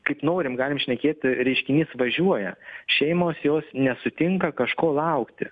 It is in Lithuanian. kaip norim galim šnekėt reiškinys važiuoja šeimos jos nesutinka kažko laukti